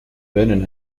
vernon